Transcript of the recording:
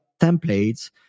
templates